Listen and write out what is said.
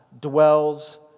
dwells